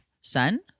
son